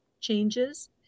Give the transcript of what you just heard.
changes